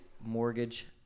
mortgage